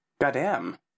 Goddamn